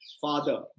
father